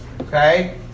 okay